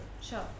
Sure